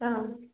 ಹಾಂ